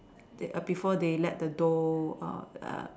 they err before they let the dough err err